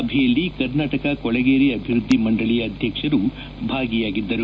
ಸಭೆಯಲ್ಲಿ ಕರ್ನಾಟಕ ಕೊಳಗೇರಿ ಅಭಿವೃದ್ಧಿ ಮಂಡಳಿ ಅಧ್ಯಕ್ಷರು ಭಾಗಿಯಾಗಿದ್ದರು